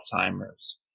alzheimer's